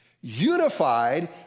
Unified